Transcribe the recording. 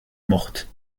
morte